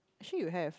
actually you have